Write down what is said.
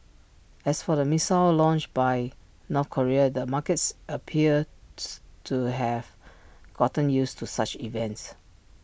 as for the missile launch by North Korea the markets appears to have gotten used to such events